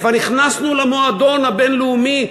כבר נכנסנו למועדון הבין-לאומי,